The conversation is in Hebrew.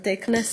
בתי-כנסת,